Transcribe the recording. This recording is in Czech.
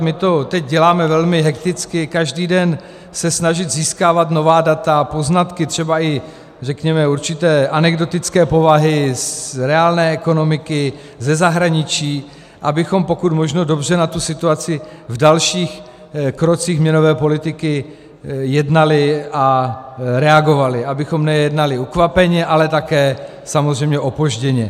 My to teď děláme velmi hekticky každý den se snažíme získávat nová data, poznatky třeba i řekněme určité anekdotické povahy z reálné ekonomiky, ze zahraničí, abychom pokud možno dobře na tu situaci v dalších krocích měnové politiky jednali a reagovali, abychom nejednali ukvapeně, ale také samozřejmě opožděně.